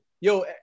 yo